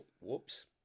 whoops